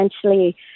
essentially